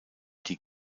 die